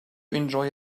enjoy